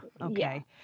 Okay